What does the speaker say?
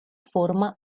forma